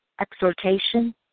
exhortation